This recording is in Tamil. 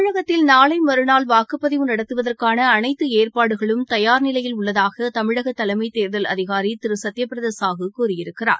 தமிழகத்தில் நாளை மறுநாள் வாக்குப்பதிவு நடத்துவதற்கான அனைத்து ஏற்பாடுகளும் தயார் நிலையில் உள்ளதாக தமிழக தலைமை தேர்தல் அதிகாரி திரு சத்தியப்பிரத சாஹு கூறியிருக்கிறார்